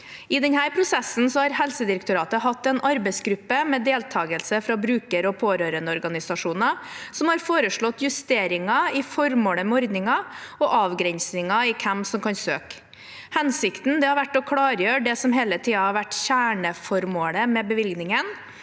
I denne prosessen har Helsedirektoratet hatt en arbeidsgruppe med deltakelse fra bruker- og pårørendeorganisasjoner, som har foreslått justeringer i formålet med ordningen og avgrensninger i hvem som kan søke. Hensikten har vært å klargjøre det som hele tiden har vært kjerneformålet med bevilgningen: